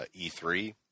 E3